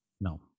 No